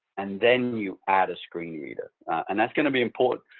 and then you add a screen reader. and that's going to be important.